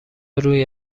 روی